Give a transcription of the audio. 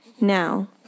Now